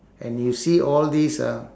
and you see all these ah